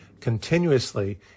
continuously